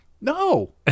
no